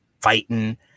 fighting